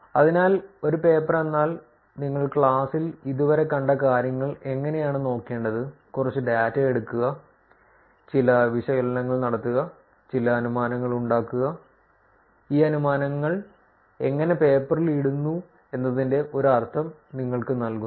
അതിനാൽ ഒരു പേപ്പർ എന്നാൽ നിങ്ങൾ ക്ലാസ്സിൽ ഇതുവരെ കണ്ട കാര്യങ്ങൾ എങ്ങനെയാണ് നോക്കേണ്ടത് കുറച്ച് ഡാറ്റ എടുക്കുക ചില വിശകലനങ്ങൾ നടത്തുക ചില അനുമാനങ്ങൾ ഉണ്ടാക്കുക ഈ അനുമാനങ്ങൾ എങ്ങനെ പേപ്പറിൽ ഇടുന്നു എന്നതിന്റെ ഒരു അർത്ഥം നിങ്ങൾക്ക് നൽകുന്നു